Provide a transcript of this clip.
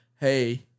hey—